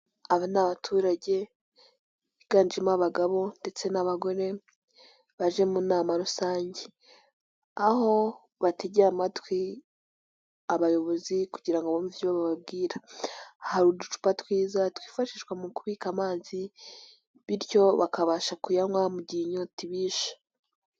Aba ni abaturage biganjemo abagabo ndetse n'abagore baje mu nama rusange, aho bategeye amatwi abayobozi kugira ngo bumve ibyo bababwira, hari uducupa twiza twifashishwa mu kubika amazi bityo bakabasha kuyanywa mu gihe inyota ibishe.